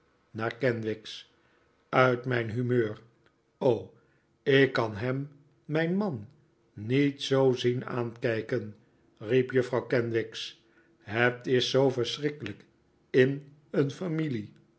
naar kenwigs uit mijn humeur ik kan hem mijn man niet zoo zien aankijken riep juffrouw kenwigs het is zoo verschrikkelijk in een familie